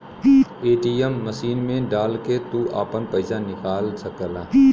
ATM machine मे डाल के तू आपन पइसा निकाल सकला